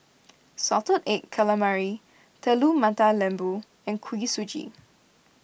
Salted Egg Calamari Telur Mata Lembu and Kuih Suji